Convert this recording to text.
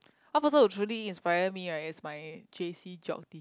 one person who truly inspire me right is my J_C geog tea~